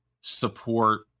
support